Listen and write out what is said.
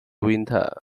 winner